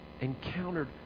encountered